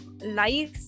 life